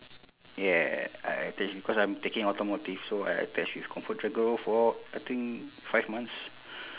yeah I attach because I'm taking automotive so I attach with comfort del gro for I think five months